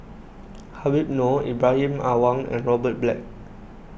Habib Noh Ibrahim Awang and Robert Black